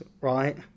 right